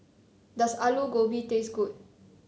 does Alu Gobi taste good